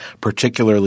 particularly